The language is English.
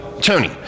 Tony